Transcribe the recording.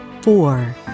four